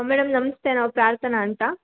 madam ನಮಸ್ತೆ ನಾವು ಪ್ರಾರ್ತನ ಅಂತ